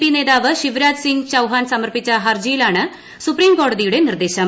P നേതാവ് ശിവരാജ് സിങ്ങ് ചൌഹാൻ സമർപ്പിച്ച ഹർജിയിലാണ് സുപ്രീംകോടതിയുടെ നിർദ്ദേശം